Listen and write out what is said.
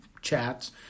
chats